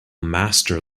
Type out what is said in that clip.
master